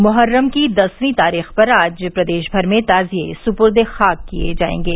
मोहर्रम की दसवीं तारीख पर आज प्रदेश भर में ताजिए सुपर्द ए खाक किए जायेंगे